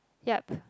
yup